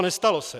Nestalo se.